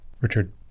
Richard